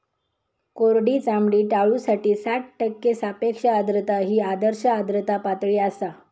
कोरडी चामडी टाळूसाठी साठ टक्के सापेक्ष आर्द्रता ही आदर्श आर्द्रता पातळी आसा